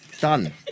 Done